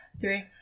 three